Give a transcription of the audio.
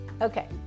okay